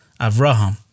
Avraham